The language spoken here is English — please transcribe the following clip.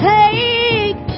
Take